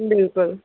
بلکُل